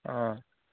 অঁ